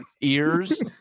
ears